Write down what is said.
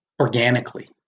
Organically